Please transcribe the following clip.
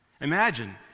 Imagine